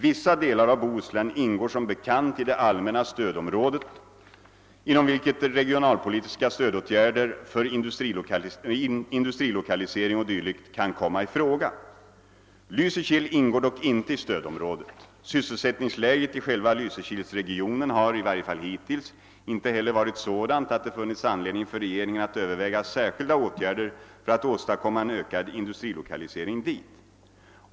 Vissa delar av Bohuslän ingår som bekant i det allmänna stödområde inom vilket regionalpolitiska stödåtgärder för industrilokalisering o.d. kan komma i fråga. Lysekil ingår dock inte i stödområdet. Sysselsättningsläget i själva Lysekilsregionen har — i varje fall hittills — inte heller varit sådant att det funnits anledning för regeringen att överväga särskilda åtgärder för att åstadkomma en ökad industrilokalisering dit.